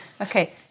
Okay